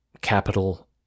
capital